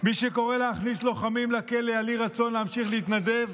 מי שקורא להכניס לוחמים לכלא על אי-רצון להמשיך להתנדב